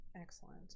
Excellent